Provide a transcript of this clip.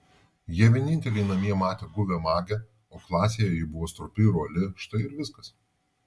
jie vieninteliai namie matė guvią magę o klasėje ji buvo stropi ir uoli štai ir viskas